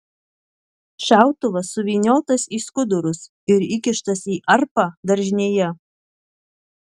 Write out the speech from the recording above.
šautuvas suvyniotas į skudurus ir įkištas į arpą daržinėje